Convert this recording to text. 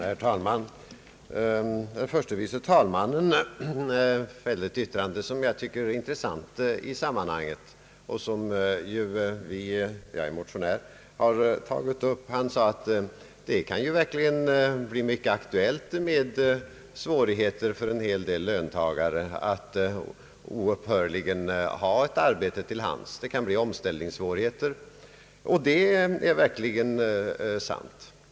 Herr talman! Herr förste vice talmannen fällde ett yttrande som jag tycker är intressant i sammanhanget. Det berörde en sak som vi motionärer har tagit upp. Herr Strand sade att det blir i hög grad aktuellt för en hel del löntagare att oupphörligen skaffa ett nytt arbete och att det kan bli omställningssvårigheter för dem. Det är verkligen sant.